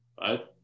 Right